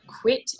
quit